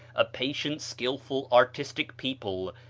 a patient, skilful, artistic people,